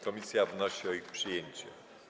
Komisja wnosi o ich przyjęcie.